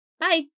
Bye